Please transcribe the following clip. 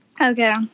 Okay